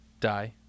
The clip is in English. die